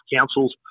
Councils